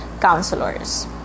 counselors